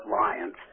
Lions